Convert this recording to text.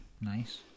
Nice